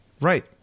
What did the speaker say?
Right